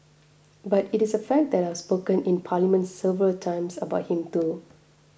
but it is a fact that I have spoken in parliament several times about him too